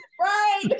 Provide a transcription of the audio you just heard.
Right